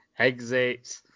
exit